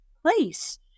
place